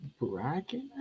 bracket